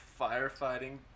firefighting